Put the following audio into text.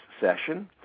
session